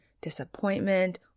disappointment